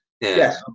yes